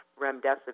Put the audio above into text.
remdesivir